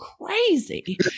crazy